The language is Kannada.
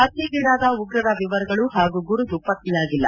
ಹತ್ಯೆಗೀಡಾದ ಉಗ್ರರ ವಿವರಗಳು ಹಾಗೂ ಗುರುತು ಪತ್ತೆಯಾಗಿಲ್ಲ